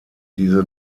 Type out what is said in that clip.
diese